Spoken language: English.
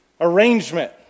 arrangement